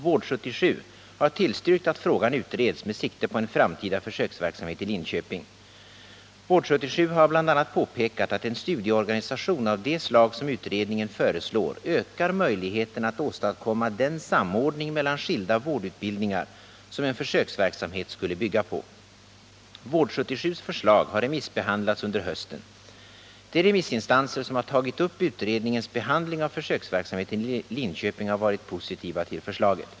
Vård 77 har tillstyrkt att frågan utreds med sikte på en framtida försöksverksamhet i Linköping. Vård 77 har bl.a. påpekat att en studieorganisation av det slag som utredningen föreslår ökar möjligheterna att åstadkomma den samordning mellan skilda vårdutbildningar som en försöksverksamhet skulle bygga på. Vård 77:s förslag har remissbehandlats under hösten. De remissinstanser som har tagit upp utredningens behandling av försöksverksamheten i Linköping har varit positiva till förslaget.